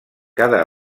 cada